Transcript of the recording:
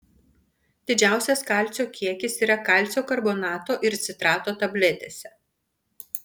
didžiausias kalcio kiekis yra kalcio karbonato ir citrato tabletėse